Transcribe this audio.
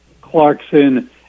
Clarkson